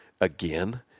Again